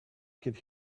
could